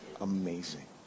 amazing